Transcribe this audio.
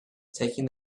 taking